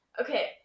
Okay